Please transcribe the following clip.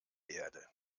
erde